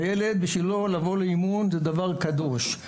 הילד, בשבילו לבוא לאימון זה דבר קדוש.